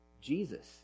Jesus